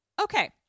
okay